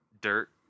dirt